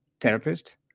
therapist